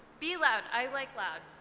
be loud. i like loud.